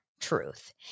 Truth